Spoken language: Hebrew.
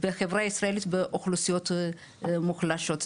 בחברה הישראלית באוכלוסיות מוחלשות.